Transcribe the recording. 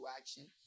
action